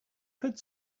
could